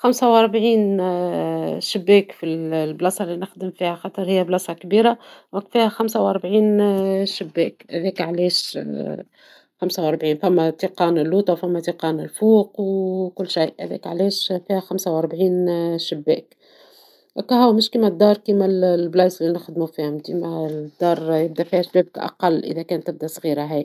خمسة وربعين شباك في البلاصة لي نخدم فيها ، هي بلاصة كبيرة ، وفيها خمسة وربعين شباك هذاكا علاش خمسة وربعين ، ثما لي تلقاهم اللوطا ، وثما لي تلقاهم الفوق ، وكل شي ، هكاهو مش كما الدار كما لبلايص لي نخدموا فيهم ، مثلا ديما الدار يبدى فيها الشباك أقل اذا كانت صغيرة.